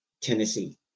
Tennessee